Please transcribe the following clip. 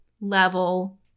level